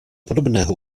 podobného